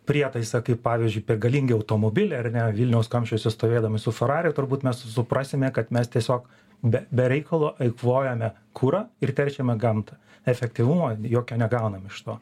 prietaisą kaip pavyzdžiui per galingą automobilį ar ne vilniaus kamščiuose stovėdami su ferrari turbūt suprasime kad mes tiesiog be be reikalo eikvojame kurą ir teršiame gamtą efektyvumo jokio negaunam iš to